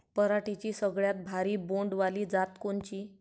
पराटीची सगळ्यात भारी बोंड वाली जात कोनची?